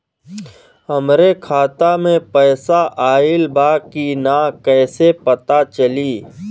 हमरे खाता में पैसा ऑइल बा कि ना कैसे पता चली?